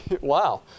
Wow